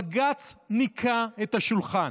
בג"ץ ניקה את השולחן,